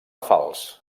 falç